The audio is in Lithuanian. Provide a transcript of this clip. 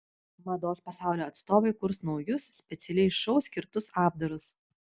mados pasaulio atstovai kurs naujus specialiai šou skirtus apdarus